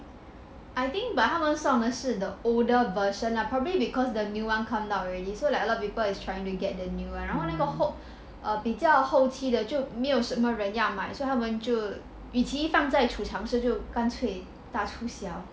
I think but 他们送的是 the older version lah probably because the new [one] come out already so like a lot of people is trying to get the new [one] 然后那个比较后期的就没有什么人要买所以他们就与其放在储藏室就干脆大出息